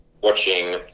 watching